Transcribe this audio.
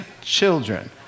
children